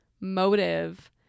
motive